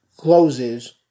closes